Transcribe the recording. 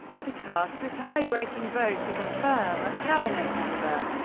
to cast a tie-breaking vote to confirm a cabinet member.